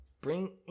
bring